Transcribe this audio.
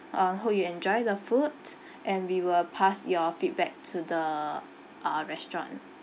uh hope you enjoy the food and we will pass your feedback to the uh restaurant